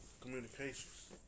communications